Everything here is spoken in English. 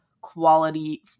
quality